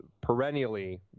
perennially